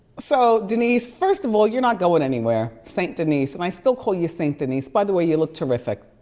so denise first of all, you're not going anywhere. saint denise, and i still call you saint denise, by the way, you look terrific.